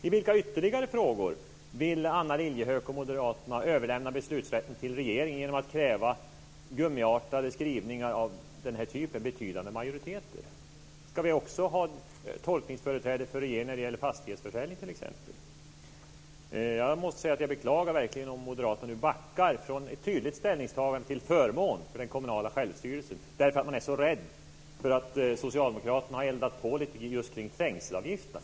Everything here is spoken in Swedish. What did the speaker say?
I vilka ytterligare frågor vill Anna Lilliehöök och Moderaterna överlämna beslutsrätten till regeringen genom att kräva gummiartade skrivningar av typen "betydande majoriteter"? Ska vi t.ex. också ha tolkningsföreträde för regeringen när det gäller fastighetsförsäljning? Jag måste säga att jag verkligen beklagar om moderaterna nu backar från ett tydligt ställningstagande till förmån för den kommunala självstyrelsen, av rädsla för att socialdemokraterna har eldat på lite om trängselavgifterna.